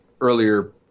earlier